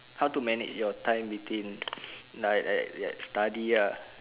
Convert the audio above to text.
how to manage your time between like that that study ah